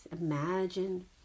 imagine